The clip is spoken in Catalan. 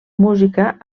música